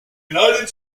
united